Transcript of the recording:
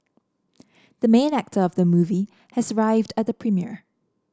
the main actor of the movie has arrived at the premiere